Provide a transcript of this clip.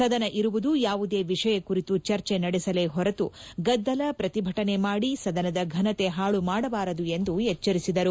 ಸದನ ಇರುವುದು ಯಾವುದೇ ವಿಷಯ ಕುರಿತು ಚರ್ಚೆ ನಡೆಸಲೇ ಹೊರತು ಗದ್ಲಲ ಪ್ರತಿಭಟನೆ ಮಾಡಿ ಸದನದ ಘನತೆ ಹಾಳು ಮಾಡಬಾರದು ಎಂದು ಎಚ್ಚರಿಸಿದರು